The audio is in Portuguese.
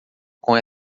com